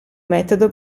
metodo